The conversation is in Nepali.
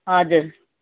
हजुर